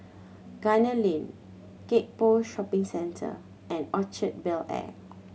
Gunner Lane Gek Poh Shopping Centre and Orchard Bel Air